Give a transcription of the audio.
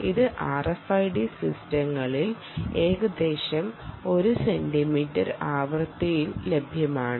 ഇത് RFID സിസ്റ്റങ്ങളിൽ ഏകദേശം 1 സെന്റിമീറ്റർ ആവൃത്തിയിൽ ലഭ്യമാണ്